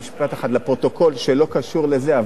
משפט אחד לפרוטוקול שלא קשור לזה: